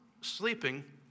sleeping